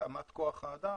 התאמת כוח האדם,